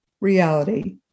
reality